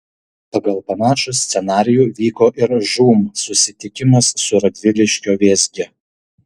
pagal panašų scenarijų vyko ir žūm susitikimas su radviliškio vėzge